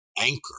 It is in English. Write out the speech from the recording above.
anchor